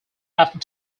after